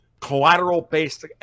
collateral-based